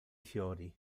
fiori